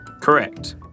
Correct